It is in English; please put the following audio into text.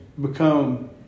become